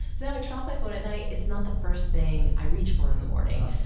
so now i turn off my phone at night. it's not the first thing i reach for in the morning.